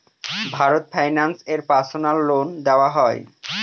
Bharat Finance এ personal loan দেওয়া হয়?